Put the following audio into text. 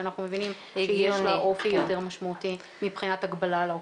שאנחנו מבינים שיש לה אופי יותר משמעותי מבחינת הגבלה על האוכלוסייה.